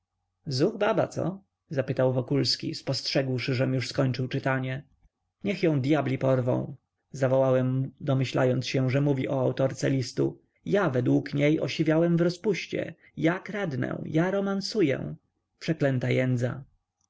zuch baba co zapytał wokulski spostrzegłszy żem już skończył czytanie niech ją dyabli porwą zawołałem domyślając się że mówi o autorce listu ja według niej osiwiałem w rozpuście ja kradnę ja romansuję przeklęta jędza